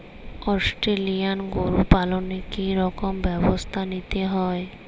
Australian গরু পালনে কি রকম ব্যবস্থা নিতে হয়?